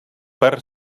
per